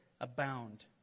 abound